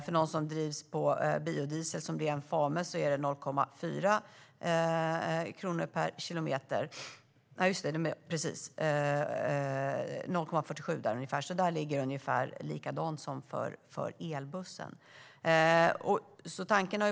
För de bussar som drivs med biodiesel, som FAME, är bränsleskatten 0,47 kronor per kilometer - ungefär lika som för elbussen.